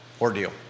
ordeal